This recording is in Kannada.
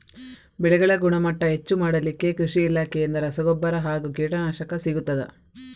ಬೆಳೆಗಳ ಗುಣಮಟ್ಟ ಹೆಚ್ಚು ಮಾಡಲಿಕ್ಕೆ ಕೃಷಿ ಇಲಾಖೆಯಿಂದ ರಸಗೊಬ್ಬರ ಹಾಗೂ ಕೀಟನಾಶಕ ಸಿಗುತ್ತದಾ?